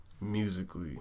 musically